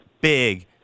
big